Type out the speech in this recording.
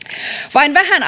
vain vähän